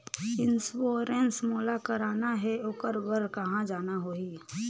Insurance मोला कराना हे ओकर बार कहा जाना होही?